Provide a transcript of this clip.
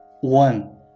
One